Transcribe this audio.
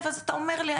ואז אתה אומר לי,